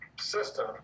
system